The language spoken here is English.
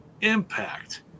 Impact